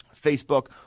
Facebook